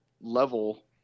level